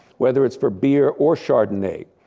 whether it's for beer or chardonnay.